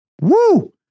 Woo